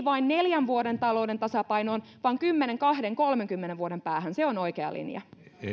vain neljän vuoden talouden tasapainoon vaan kymmenen kahden kolmenkymmenen vuoden päähän se on oikea linja